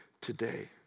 today